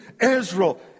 Israel